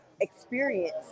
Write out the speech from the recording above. experience